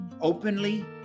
openly